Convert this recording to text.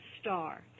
star